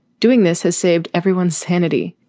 doing this has saved everyone's sanity.